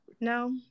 no